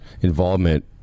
involvement